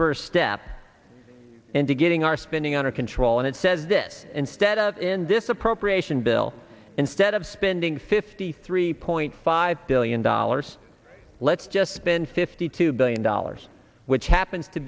first step into getting our spending under control and it says this instead of in this appropriation bill instead of spending fifty three point five billion dollars let's just spend fifty two billion dollars which happens to